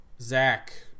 Zach